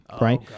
right